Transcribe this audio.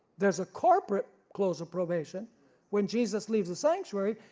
there is a corporate close of probation when jesus leaves the sanctuary,